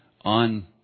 on